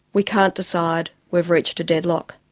we can't decide, we've reached a deadlock.